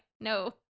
no